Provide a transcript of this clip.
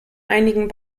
einigen